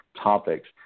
topics